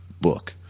book